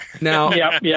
Now